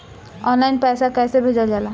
Online पैसा कैसे भेजल जाला?